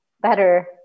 better